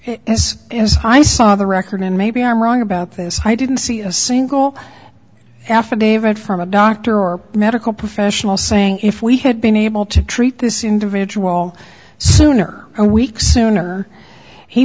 is i saw the record and maybe i'm wrong about this i didn't see a single affidavit from a doctor or medical professional saying if we had been able to treat this individual sooner a week sooner he